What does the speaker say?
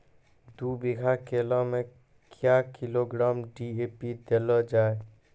दू बीघा केला मैं क्या किलोग्राम डी.ए.पी देले जाय?